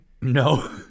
no